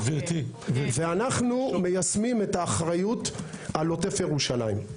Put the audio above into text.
אנחנו מיישמים את האחריות על עוטף ירושלים.